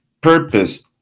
purpose